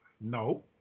No